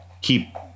keep